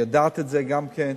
היא יודעת את זה גם כן.